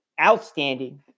outstanding